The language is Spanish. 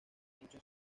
mucho